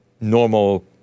normal